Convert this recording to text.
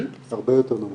כן.